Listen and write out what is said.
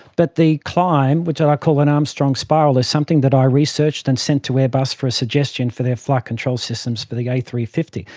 but the climb, which i call an armstrong spiral, is something that i researched and sent to airbus for a suggestion for their flight control systems for the a three five